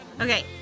Okay